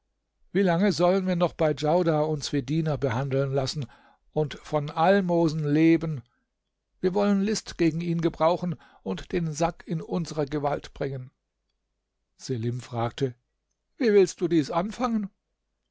wie lange sollen wir noch bei djaudar uns wie diener behandeln lassen und von almosen leben wir wollen list gegen ihn gebrauchen und den sack in unsere gewalt bringen selim fragte wie willst du dies anfangen